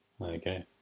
Okay